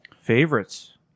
favorites